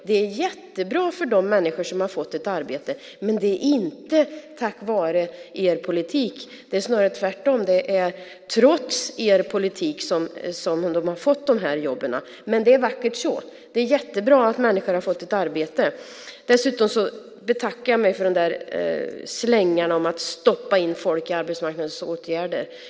Det är jättebra för de människor som har fått ett arbete, men det är inte tack vare er politik. Det är snarare tvärtom. Det är trots er politik som de har fått de här jobben. Men det är vackert så! Det är jättebra att människor har fått arbete. Jag betackar mig för de där slängarna om att stoppa in folk i arbetsmarknadsåtgärder.